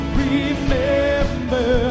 remember